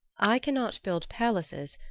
i cannot build palaces,